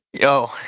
Yo